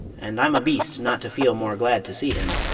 and i'm a beast not to feel more glad to see him.